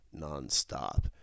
nonstop